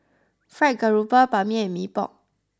Fried Garoupa Ban Mian and Mee Pok